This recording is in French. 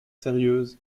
sérieuses